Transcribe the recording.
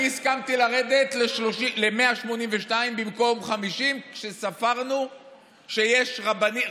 אני הסכמתי לרדת ל-182 במקום 50. כשספרנו שיש רבנים,